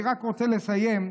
אני רק רוצה לסיים,